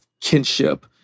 kinship